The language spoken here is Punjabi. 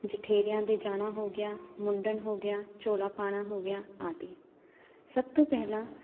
ਜਠੇਰਿਆਂ ਦੇ ਜਾਣਾ ਹੋ ਗਿਆ ਮੁੰਡਨ ਹੋ ਗਿਆ ਚੌਲਾ ਪਾਉਣਾ ਹੋ ਗਿਆ ਆਦਿ ਸਭ ਤੋਂ ਪਹਿਲਾਂ